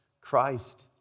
Christ